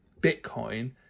Bitcoin